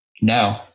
no